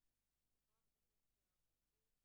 הרווחה והבריאות.